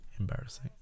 embarrassing